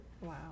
Wow